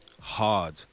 Hard